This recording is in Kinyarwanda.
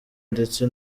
ndetse